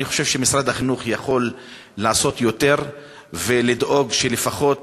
אני חושב שמשרד החינוך יכול לעשות יותר ולדאוג שלפחות